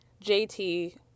JT